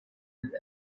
with